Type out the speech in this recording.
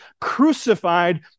crucified